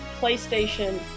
PlayStation